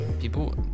People